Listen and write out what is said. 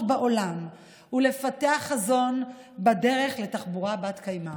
בעולם ולפתח חזון בדרך לתחבורה בת-קיימא.